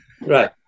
Right